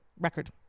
record